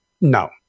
no